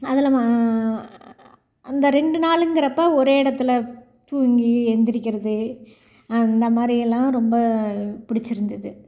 அதில் அந்த ரெண்டு நாளுங்குறப்போ ஒரே இடத்துல தூங்கி எந்திரிக்கிறது அந்த மாதிரிலாம் ரொம்ப பிடிச்சிருந்துது